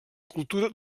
cultura